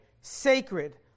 Sacred